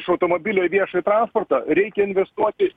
iš automobilio viešąjį transportą reikia investuoti